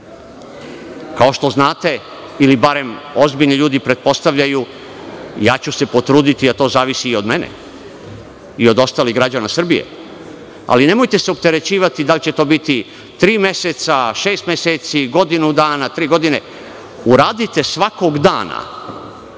Kao što znate ili barem ozbiljni ljudi pretpostavljaju, ja ću se potruditi, a to zavisi i od mene i od ostalih građana Srbije, ali nemojte se opterećivati da li će to biti tri meseca, šest meseci, godinu dana, tri godine, uradite svakog dana